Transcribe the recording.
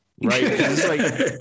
right